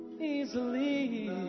easily